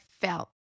felt